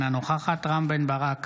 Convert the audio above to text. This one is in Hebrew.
אינה נוכחת רם בן ברק,